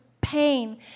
pain